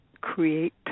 create